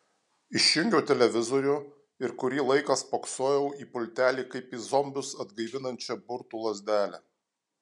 išjungiau televizorių ir kurį laiką spoksojau į pultelį kaip į zombius atgaivinančią burtų lazdelę